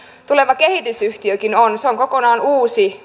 tuleva kehitysyhtiökin on se on kokonaan uusi